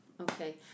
Okay